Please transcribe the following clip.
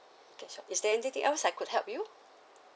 okay sure is there anything else I could help you